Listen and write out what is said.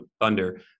Thunder